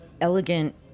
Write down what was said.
elegant